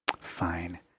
Fine